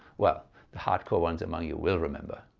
well the hardcore ones among you will remember.